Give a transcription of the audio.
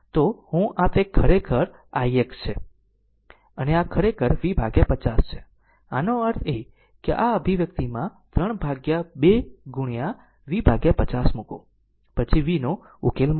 તો આ હું આ તે ખરેખર ix છે અને આ ખરેખર V 50 છે આનો અર્થ એ કે આ અભિવ્યક્તિમાં 3 ભાગ્યા 2ગુણ્યા V 50 મૂકો પછી vનો ઉકેલ મળશે